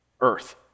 earth